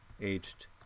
aged